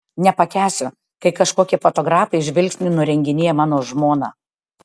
nepakęsiu kai kažkokie fotografai žvilgsniu nurenginėja mano žmoną